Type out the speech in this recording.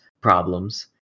problems